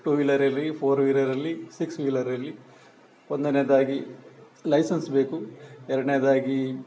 two wheeler ಇರಲಿ four wheeler ಇರಲಿ six wheeler ಇರಲಿ ಒಂದನೆದ್ದಾಗಿ ಲೈಸನ್ಸ್ ಬೇಕು ಎರಡನೆದಾಗಿ